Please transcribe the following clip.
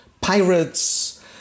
pirates